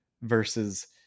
Versus